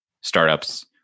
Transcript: startups